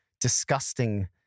disgusting